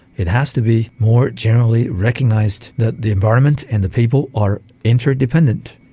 it has to be more generally recognised that the environment and the people are interdependent,